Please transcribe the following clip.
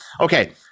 okay